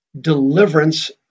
deliverance